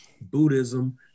Buddhism